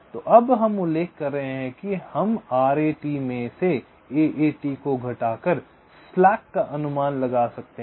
तो अब हम उल्लेख कर रहे हैं कि हम आरएटी में से एएटी को घटाकर स्लैक का अनुमान लगा सकते हैं